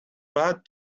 bad